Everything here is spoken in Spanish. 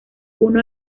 uno